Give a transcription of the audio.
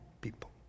people